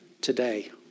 today